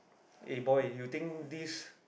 eh boy you think this